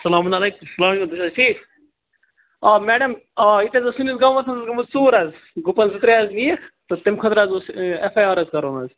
سلام علیکُم سلام تُہۍ چھُو حظ ٹھیٖک آ میڈَم آ ییٚتہِ حظ سٲنِس گامس منٛز گٲمٕژ ژوٗر حظ گُپَن زٕ ترٛےٚ حظ نِیِکھ تہٕ تَمہِ خٲطرٕ حظ اوس یہِ ایف آئی آر کَرُن حظ